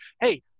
hey